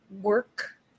work